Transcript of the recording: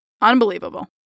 unbelievable